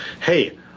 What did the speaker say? hey